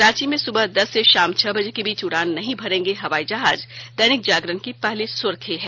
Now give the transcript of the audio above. रांची में सुबह दस से शाम छह बजे के बीच उड़ान नहीं भरेंगे हवाई जहाज दैनिक जागरण की पहली सुर्खी है